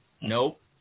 Nope